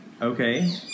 okay